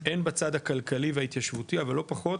הן בצד הכלכלי וההתיישבותי, אבל לא פחות,